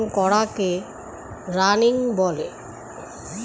একটা বড় ফার্ম আয়োজনে গবাদি পশু পালন করাকে রানিং বলে